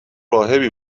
راهبی